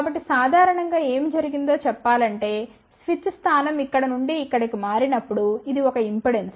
కాబట్టి సాధారణం గా ఏమి జరిగిందో చెప్పాలంటే స్విచ్ స్థానం ఇక్కడ నుండి ఇక్కడికి మారినప్పుడు ఇది ఒక ఇండక్టెన్స్